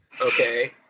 okay